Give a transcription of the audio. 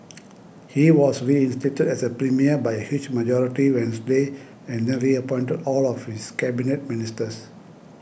he was reinstated as a premier by a huge majority Wednesday and then reappointed all of his Cabinet Ministers